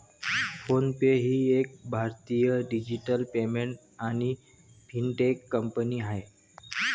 phone पे ही एक भारतीय डिजिटल पेमेंट आणि फिनटेक कंपनी आहे